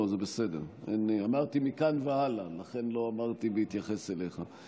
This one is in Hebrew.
אמרתי "מכאן והלאה", לא בהתייחס אליך.